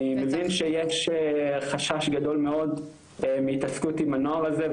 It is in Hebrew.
אני מבין שיש חשש גדול מאוד מהתעסקות עם הנוער הזה,